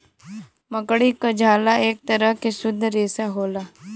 मकड़ी क झाला एक तरह के शुद्ध रेसा होला